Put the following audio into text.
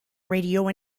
radio